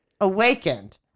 awakened